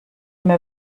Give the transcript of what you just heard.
mir